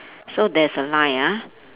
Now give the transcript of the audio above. so there's a line ah